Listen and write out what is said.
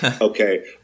Okay